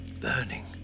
burning